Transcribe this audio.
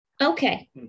Okay